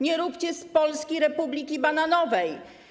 Nie róbcie z Polski republiki bananowej.